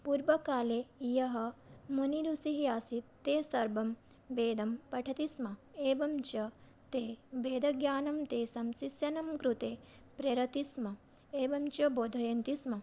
पूर्वकालः यः मुनिऋषिः आसीत् ते सर्वे वेदं पठनति स्म एवं च वेदज्ञानं तेषां शिष्याणां कृते प्रेरयति स्म एवं च बोधयन्ति स्म